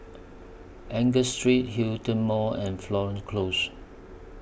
Angus Street Hillion Mall and Florence Close